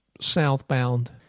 southbound